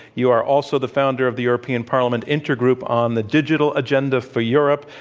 you are also the founder of the european parliament intergroup on the digital agenda for europe.